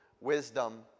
wisdom